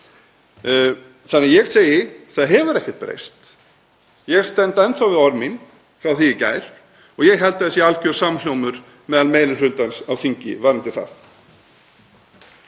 Þannig að ég segi: Það hefur ekkert breyst. Ég stend enn þá við orð mín frá því í gær og ég held að það sé alger samhljómur meðal meiri hlutans á þingi varðandi það.